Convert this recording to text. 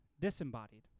disembodied